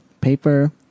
Paper